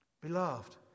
Beloved